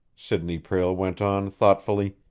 sidney prale went on thoughtfully.